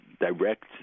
direct